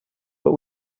but